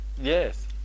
Yes